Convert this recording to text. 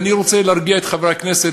ואני רוצה להרגיע את חברי הכנסת,